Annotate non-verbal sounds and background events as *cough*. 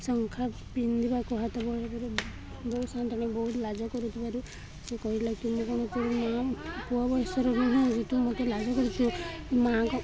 ଶଙ୍ଖା ପିନ୍ଧିବା *unintelligible* ତା ବହୁ ସନ୍ତାଣୀ ଲାଜ କରୁଥିବାରୁ ସେ କହିଲେ କିନ୍ତୁ ମୁଁ ତମ ପୁଅ ବୟସର *unintelligible* ମୋତେ ଲାଜ କରଛୁ ମାଆ